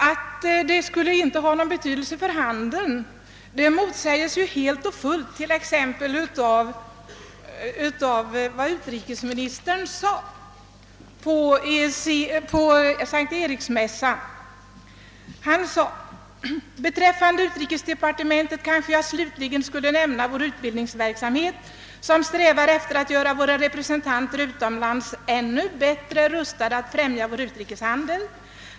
Att det inte skulle ha någon betydelse för handeln motsäges dock helt t.ex. av vad utrikesministern sade vid S:t Eriksmässans öppnande. Han sade: »Beträffande utrikesdepartementet kanske jag — slutligen — skulle nämna vår utbildningsverksamhet, som strävar efter att göra våra representanter utomlands ännu bättre rustade att främja vår utrikeshandel.